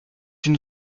une